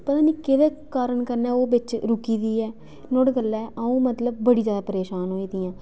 पता निं केह्दे कारण कन्नै ओह् बिच रुकी दी ऐ नुहाड़ी गल्ला अ'ऊं मतलब बड़ी जैदा परेशान होई दी आं